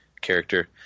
character